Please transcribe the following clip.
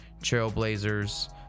trailblazers